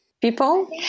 people